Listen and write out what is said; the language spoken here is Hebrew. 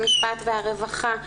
המשפט והרווחה.